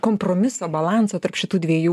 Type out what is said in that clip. kompromiso balanso tarp šitų dviejų